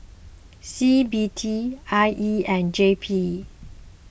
C B D I E and J P